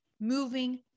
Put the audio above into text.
moving